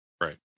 Right